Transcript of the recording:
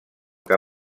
que